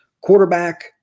Quarterback